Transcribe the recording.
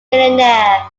millionaire